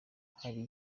hari